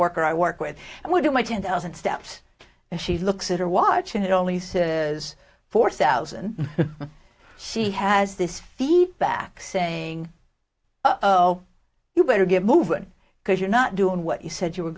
worker i work with i would do my ten thousand steps and she looks at her watch and it only says four thousand she has this feedback saying oh you better get moving because you're not doing what you said you were